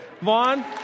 Vaughn